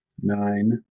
nine